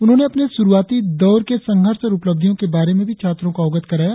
उन्होंने अपने शुरुआती दौर के संघर्ष और उपलब्धियों के बारे में भी छात्रों को अवगत कराया